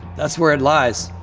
that's where it lies.